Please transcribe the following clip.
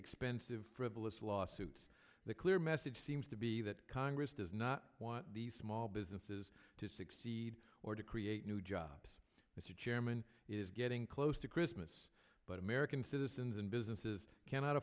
expensive frivolous lawsuits the clear message seems to be that congress does not want the small businesses to succeed or to create new jobs mr chairman is getting close to christmas but american citizens and businesses cannot